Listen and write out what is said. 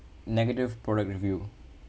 negative product review